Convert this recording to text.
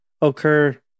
occur